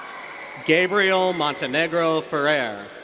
gabriel montenegro ferrer.